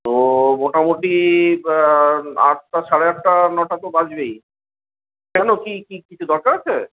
তো মোটামুটি আটটা সাড়ে আটটা নটা তো বাজবেই কেন কী কী কিছু দরকার আছে